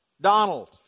Donald